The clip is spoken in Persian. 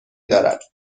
دارد